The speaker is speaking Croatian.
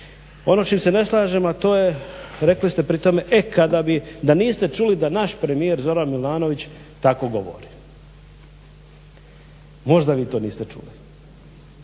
Ono što se ne slažem. Rekli ste pri tome, e kada bi da niste čuli da naš premijer Zoran Milanović tako govori. Možda vi to niste čuli,